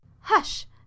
Hush